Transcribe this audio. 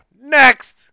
Next